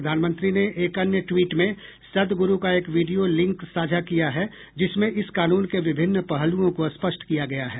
प्रधानमंत्री ने एक अन्य ट्वीट में सदगुरू का एक वीडियो लिंक साझा किया है जिसमें इस कानून के विभिन्न पहलुओं को स्पष्ट किया गया है